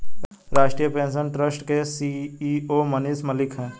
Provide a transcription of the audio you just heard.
राष्ट्रीय pension trust के CEO Manish Malik है